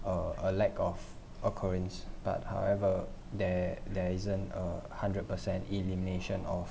uh a lack of occurrence but however there there isn't a hundred percent elimination of